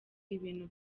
ibintu